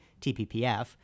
TPPF